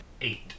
Eight